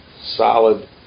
solid